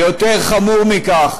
ויותר חמור מכך,